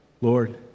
Lord